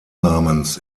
namens